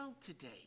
today